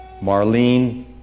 Marlene